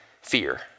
fear